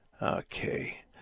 Okay